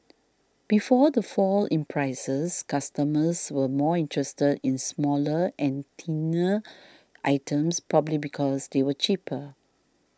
before the fall in prices customers were more interested in smaller and thinner items probably because they were cheaper